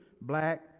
black